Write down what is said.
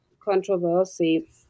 controversy